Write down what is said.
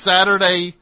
Saturday